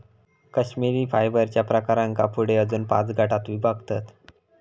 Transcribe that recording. कश्मिरी फायबरच्या प्रकारांका पुढे अजून पाच गटांत विभागतत